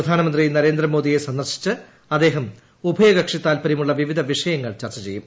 പ്രധാനമന്ത്രി നരേന്ദ്രമോദിയെ സന്ദർശിച്ച് അദ്ദേഹം ഉഭയകക്ഷി താൽപര്യമുള്ള വിവിധ വിഷയങ്ങൾ ച്ചൂർച്ച ചെയ്യും